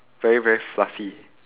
very very fluffy